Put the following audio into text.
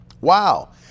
wow